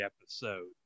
episode